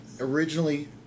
originally